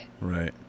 Right